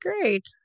great